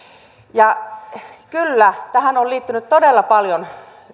ja kyllä tähän on liittynyt todella paljon